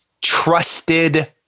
trusted